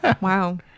Wow